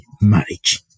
marriage